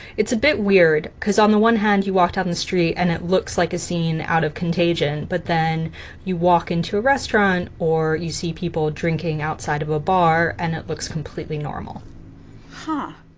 it's a bit weird because on the one hand, you walk down the street, and it looks like a scene out of contagion. but then you walk into a restaurant or you see people drinking outside of a bar, and it looks completely normal huh.